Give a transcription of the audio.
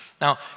Now